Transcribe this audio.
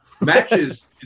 Matches